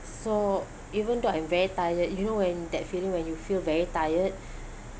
so even though I'm very tired you know when that feeling when you feel very tired